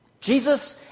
Jesus